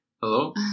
hello